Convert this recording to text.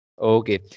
Okay